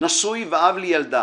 נשוי ואב לילדה.